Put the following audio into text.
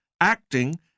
acting